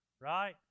Right